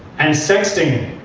and sexting.